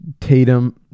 Tatum